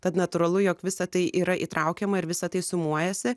tad natūralu jog visa tai yra įtraukiama ir visa tai sumuojasi